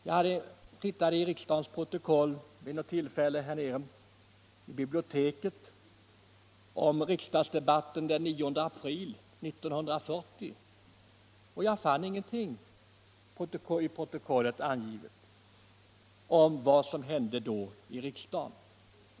Jag tittade vid något tillfälle i biblioteket efter protokollet från riksdagsdebatten den 9 april 1940 men fann ingenting angivet om vad som då hände i riksdagen.